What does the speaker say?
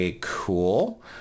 Cool